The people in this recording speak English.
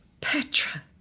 Petra